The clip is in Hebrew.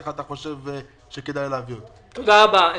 איך אתה חושב שכדאי להעביר אותו.